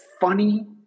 funny